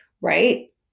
right